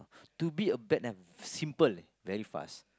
to be a bad uh simple eh very fast